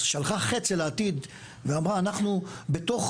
שלחה חץ אל העתיד ואמרה אנחנו בתוך